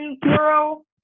girl